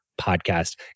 podcast